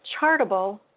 Chartable